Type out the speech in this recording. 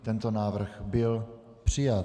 Tento návrh byl přijat.